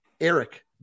Eric